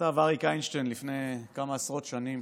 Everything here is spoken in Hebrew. כתב אריק איינשטיין לפני כמה עשרות שנים,